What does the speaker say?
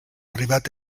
arribat